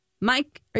mike